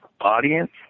audience